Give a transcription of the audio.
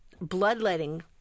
Bloodletting